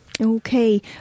Okay